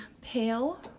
pale